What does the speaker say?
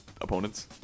opponents